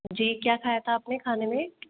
जी क्या खाया था आप ने खाने में